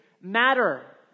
matter